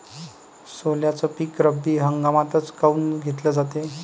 सोल्याचं पीक रब्बी हंगामातच काऊन घेतलं जाते?